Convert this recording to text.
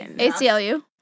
ACLU